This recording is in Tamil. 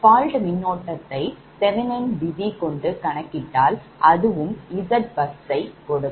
Fault மின்னோட்டத்தை thenvenin விதி கொண்டு கணக்கிட்டால் அதுவும்Zbus யை கொடுக்கும்